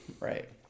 Right